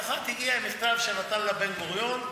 ואחת הגיעה עם מכתב שנתן לה בן-גוריון,